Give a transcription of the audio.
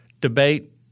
debate